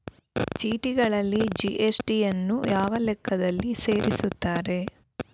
ಚೀಟಿಗಳಲ್ಲಿ ಜಿ.ಎಸ್.ಟಿ ಯನ್ನು ಯಾವ ಲೆಕ್ಕದಲ್ಲಿ ಸೇರಿಸುತ್ತಾರೆ?